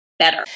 better